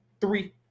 three